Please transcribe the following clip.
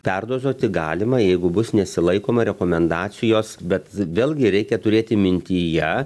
perdozuoti galima jeigu bus nesilaikoma rekomendacijos bet vėlgi reikia turėti mintyje